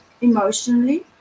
emotionally